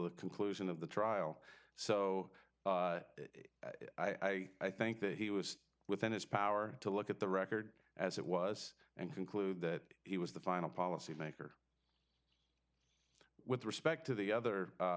the conclusion of the trial so i think that he was within his power to look at the record as it was and conclude that he was the final policy maker with respect to the other